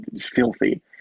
filthy